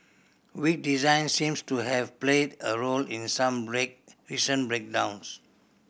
weak design seems to have played a role in some recent breakdowns